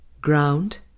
ground